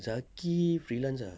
zaki freelance ah